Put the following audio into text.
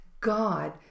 God